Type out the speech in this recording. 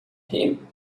him